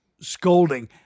scolding